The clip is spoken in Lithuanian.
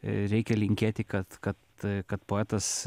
reikia linkėti kad kad kad poetas